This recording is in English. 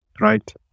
Right